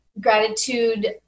gratitude